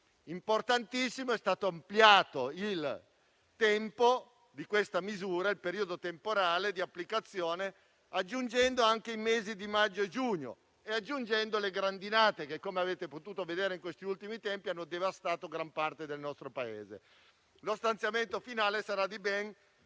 è l'ampliamento del tempo di applicazione di questa misura aggiungendo anche i mesi di maggio e giugno e aggiungendo le grandinate che, come avete potuto vedere in questi ultimi tempi, hanno devastato gran parte del nostro Paese. Lo stanziamento finale sarà di ben